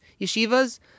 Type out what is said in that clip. yeshivas